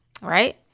right